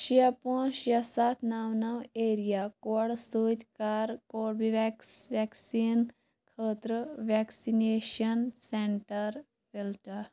شےٚ پٲنٛژ شےٚ سَتھ نَو نَو ایریا کوڈٕ سۭتۍ کَر کوربِویکس ویکسیٖن خٲطرٕ ویکسِنیٚشن سینٛٹر فلٹہٕ